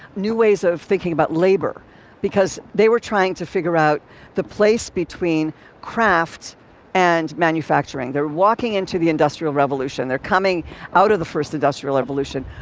new ways of thinking about labor because they were trying to figure out the place between crafts and manufacturing. they're walking into the industrial revolution and they're coming out of the first industrial revolution.